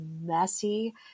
messy